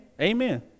Amen